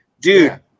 Dude